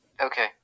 okay